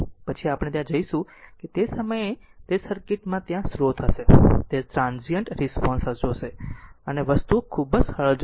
પછી આપણે ત્યાં જઈશું કે તે સમયે તે સમયે સર્કિટ માં ત્યાં સ્રોત હશે તે ટ્રાન્ઝિયન્ત રિસ્પોન્સ જોશે અને વસ્તુઓ ખૂબ જ સરળ છે તે જોશે